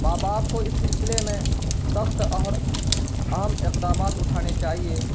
ماں باپ کو اس سلسلے میں سخت اور اہم اقدامات اٹھانے چاہئیں